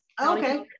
okay